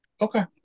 Okay